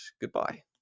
goodbye